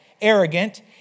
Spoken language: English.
arrogant